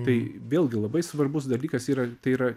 tai vėlgi labai svarbus dalykas yra tai yra